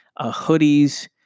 hoodies